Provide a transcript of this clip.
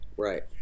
Right